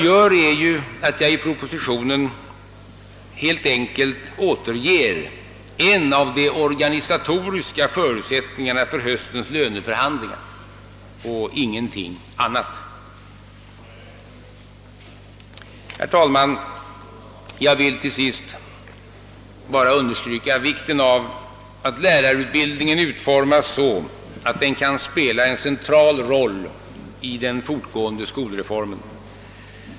I propositionen återger jag helt enkelt en av de organisatoriska förutsättningarna för höstens löneförhandlingar och ingenting annat. Herr talman! Till sist vill jag bara understryka vikten av att lärarutbildningen utformas så att den kan spela en central roll i den fortgående skolreformen.